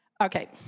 okay